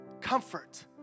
Comfort